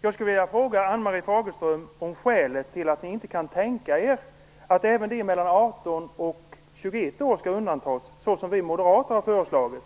Jag skulle vilja fråga Ann-Marie Fagerström om skälet till att ni inte kan tänka er att även de mellan 18 och 21 år skall undantas, såsom vi moderater har föreslagit.